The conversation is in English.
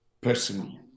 personally